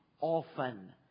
often